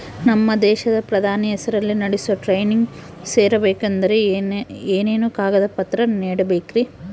ನಮ್ಮ ದೇಶದ ಪ್ರಧಾನಿ ಹೆಸರಲ್ಲಿ ನಡೆಸೋ ಟ್ರೈನಿಂಗ್ ಸೇರಬೇಕಂದರೆ ಏನೇನು ಕಾಗದ ಪತ್ರ ನೇಡಬೇಕ್ರಿ?